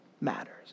matters